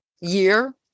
year